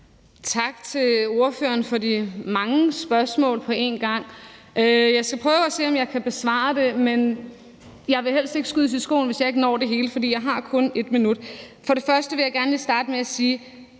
Tak til ordføreren for de mange spørgsmål på en gang. Jeg skal prøve at se, om jeg kan besvare dem, men jeg vil helst ikke skydes det i skoene, hvis ikke jeg når det hele, for jeg har kun 1 minut. For det første vil jeg gerne lige starte med sige,